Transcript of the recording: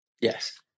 Yes